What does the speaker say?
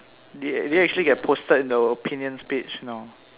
did it did it actually get posted in the opinions page no